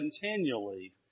continually